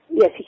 Yes